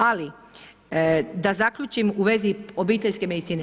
Ali da zaključim u vezi obiteljske medicine.